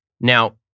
Now